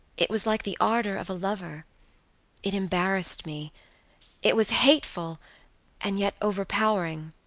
it was like the ardor of a lover it embarrassed me it was hateful and yet over-powering